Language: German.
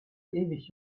ewig